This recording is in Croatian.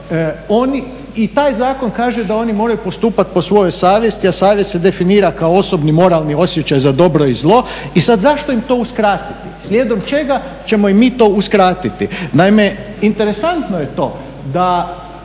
i taj zakon kaže da oni moraju postupati po svojoj savjesti, a savjest se definira kao osobni, moralni osjećaj za dobro i zlo i sad zašto im to uskratiti? Slijedom čega ćemo im mi to uskratiti?